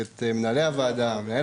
את מנהל הוועדה,